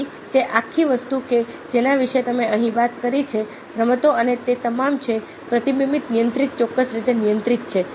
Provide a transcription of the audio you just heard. તેથી તે આખી વસ્તુ કે જેના વિશે તમે અહીં વાત કરી છે રમતો અને તે તમામ જે પ્રતિબંધિત નિયંત્રિત ચોક્કસ રીતે નિયંત્રિત છે